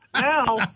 now